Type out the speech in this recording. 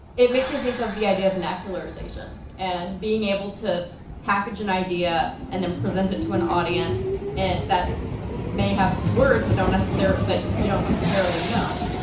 it makes me think of the idea of vernacularization, and being able to package an idea, and then present it to an audience, and that may have words that don't necessary, that you don't necessary know.